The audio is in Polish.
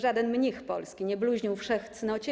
Żaden mnich polski nie bluźnił wszech-cnocie,